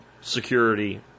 security